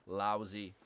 lousy